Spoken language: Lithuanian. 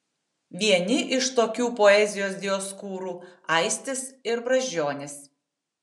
vieni iš tokių poezijos dioskūrų aistis ir brazdžionis